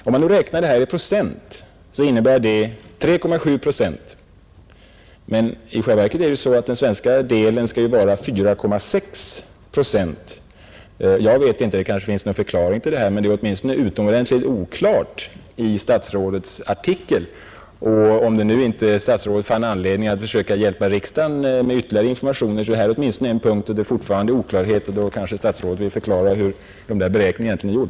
Om man räknar detta i procent innebär det 3,7 procent, men i själva verket skall den svenska delen vara 4,6 procent. Det kanske finns någon förklaring till dessa uppgifter, men statsrådets artikel är utomordentligt oklar på denna punkt. Statsrådet har inte funnit anledning att i dag försöka hjälpa riksdagen med ytterligare information. Men detta är en punkt där det fortfarande råder oklarhet, och statsrådet kanske vill förklara hur denna beräkning är gjord.